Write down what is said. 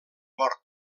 mort